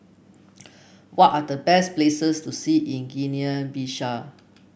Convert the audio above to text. what are the best places to see in Guinea Bissau